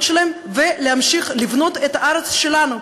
שלהם ולהמשיך לבנות את הארץ שלנו.